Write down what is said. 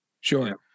sure